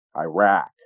Iraq